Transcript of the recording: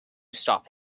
stop